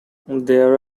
there